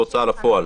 בהוצאה לפועל.